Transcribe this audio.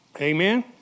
Amen